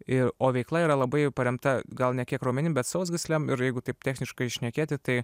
ir o veikla yra labai paremta gal ne kiek raumenim bet sausgyslėm ir jeigu taip techniškai šnekėti tai